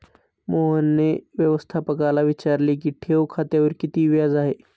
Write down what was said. मोहनने व्यवस्थापकाला विचारले की ठेव खात्यावर किती व्याज आहे?